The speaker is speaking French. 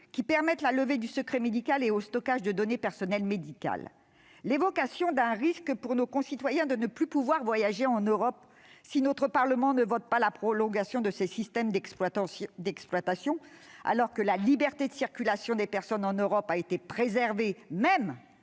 qui permettent la levée du secret médical et au stockage des données personnelles médicales. L'évocation d'un risque pour nos concitoyens de ne plus pouvoir voyager en Europe si notre Parlement ne votait pas la prolongation de tels systèmes d'exploitation, alors que la liberté de circulation des personnes en Europe a été préservée même